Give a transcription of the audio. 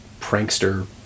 prankster